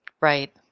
Right